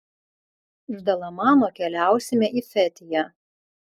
iš dalamano keliausime į fetiją